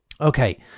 okay